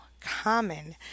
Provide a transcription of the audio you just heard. common